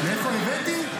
-- שאת נגד יהודים.